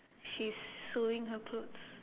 she's sewing her clothes